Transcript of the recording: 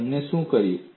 અને તમે શું કર્યું છે